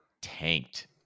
tanked